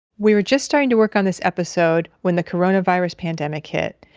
we were just starting to work on this episode when the coronavirus pandemic hit.